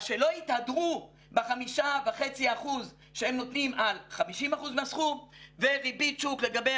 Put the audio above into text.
אז שלא יתהדרו ב-5.5% שהם נותנים על 50% מהסכום וריבית שוק לגבי